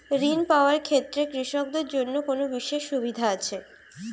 ঋণ পাওয়ার ক্ষেত্রে কৃষকদের জন্য কোনো বিশেষ সুবিধা আছে?